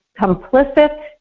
complicit